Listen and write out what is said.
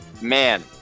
Man